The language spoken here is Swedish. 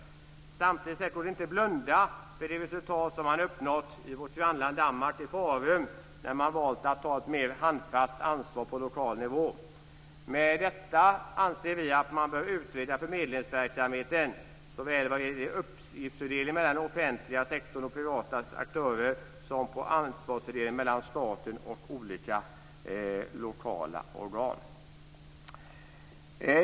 Samtidigt går det inte att blunda för det resultat som man uppnått i vårt grannland Danmark, i Farum, där man valt att ta ett mer handfast ansvar på lokal nivå. Med detta anser vi att man bör utreda förmedlingsverksamheten såväl vad gäller uppgiftsfördelningen mellan den offentliga sektorn och privata aktörer som ansvarsfördelningen mellan staten och olika lokala organ.